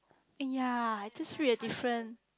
!aiya! just read a different